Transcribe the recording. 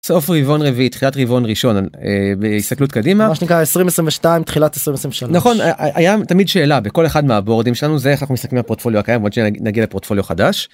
סוף ריבון רביעי תחילת ריבעון ראשון, בהסתכלות קדימה, מה שנקרא עשרים עשרים ושתיים תחילת עשרים עשרים ושלוש, נכון היה תמיד שאלה בכל אחד מהבורדים שלנו זה איך אנחנו מסתכלים על הפרוטפוליו הקיים ועוד שניה נגיע לפרוטפוליו חדש.